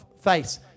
face